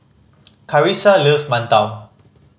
Karissa loves mantou